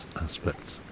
aspects